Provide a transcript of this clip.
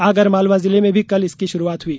आगरमालवा जिले में भी कल से इसकी शुरूआत हुई